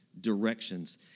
directions